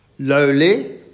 lowly